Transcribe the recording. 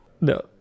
no